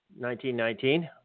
1919